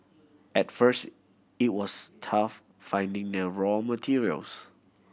at first it was tough finding the raw materials